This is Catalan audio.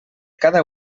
cada